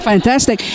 Fantastic